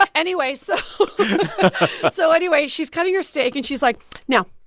but anyway so so anyway she's cutting her steak and she's like no,